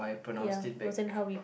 ya wasn't how we